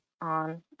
on